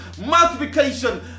multiplication